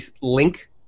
link